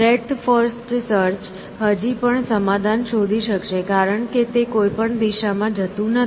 breadth first search હજી પણ સમાધાન શોધી શકશે કારણ કે તે કોઈ પણ દિશામાં જતું નથી